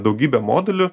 daugybę modulių